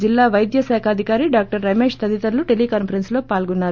జిల్లా వైద్య శాఖాధికారి డాక్టర్ రమేష్ తదితరులు టెలీకాన్పరెస్స్ లో పాల్గొన్నారు